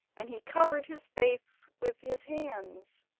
and he covered his face with his hands.